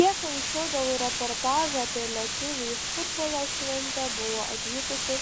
kiek anksčiau dėl reportažo apie lietuvį į futbolo šventę buvo atvykusi